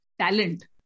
talent